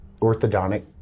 orthodontic